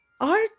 art